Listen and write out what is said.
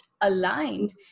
aligned